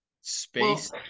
space